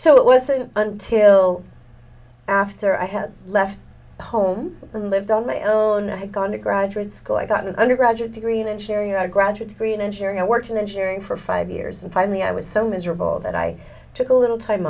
so it wasn't until after i had left home and lived on my own i had gone to graduate school i got an undergraduate degree in engineering are a graduate degree in engineering i worked in engineering for five years and finally i was so miserable that i took a little time